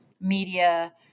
media